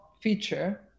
feature